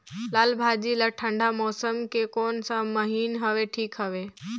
लालभाजी ला ठंडा मौसम के कोन सा महीन हवे ठीक हवे?